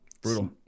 Brutal